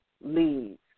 leads